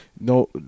No